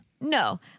No